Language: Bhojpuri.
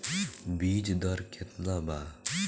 बीज दर केतना वा?